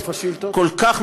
לפני 20 שנה כבר כל הרחבה,